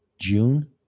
June